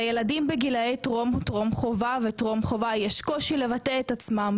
לילדים בגילאי טרום טרום חובה וטרום חובה יש קושי לבטא את עצמם,